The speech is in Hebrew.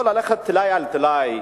ללכת טלאי על טלאי?